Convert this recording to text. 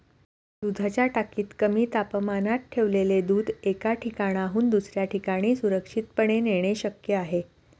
दुधाच्या टाकीत कमी तापमानात ठेवलेले दूध एका ठिकाणाहून दुसऱ्या ठिकाणी सुरक्षितपणे नेणे शक्य आहे